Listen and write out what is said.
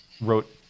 wrote